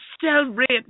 celebrate